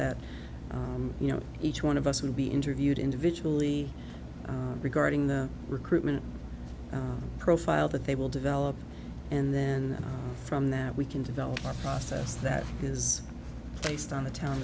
that you know each one of us will be interviewed individually regarding the recruitment profile that they will develop and then from that we can develop a process that is based on the town